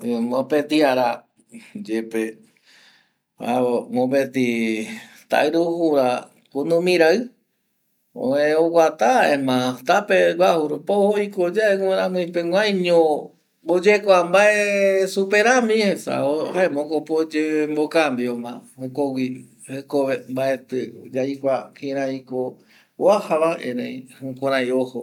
Mopeti ara yepe mopeti tairujuva kunumirai öe oguata jaema tapeguaju rupi ojo yave guramui peguaiño oyesa mbae superami jaema jokope oyemocambio mbae jekove, mbaeti yaikua kirei uajava erei jukueri ojo.